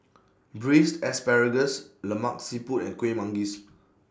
Braised Asparagus Lemak Siput and Kueh Manggis